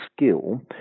skill